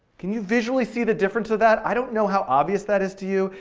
can you visually see the difference of that? i don't know how obvious that is to you.